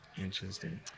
Interesting